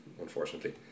unfortunately